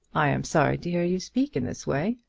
i am sorry to hear you speak in this way.